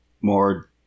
more